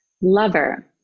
lover